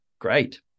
Great